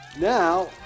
Now